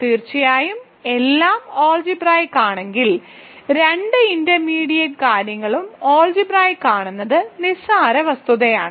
തീർച്ചയായും എല്ലാം അൾജിബ്രായിക്ക് ആണെങ്കിൽ രണ്ട് ഇന്റർമീഡിയറ്റ് കാര്യങ്ങളും അൾജിബ്രായിക്ക് ആണെന്നത് നിസ്സാര വസ്തുതയാണ്